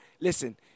listen